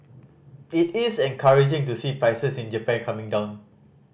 it is encouraging to see prices in Japan coming down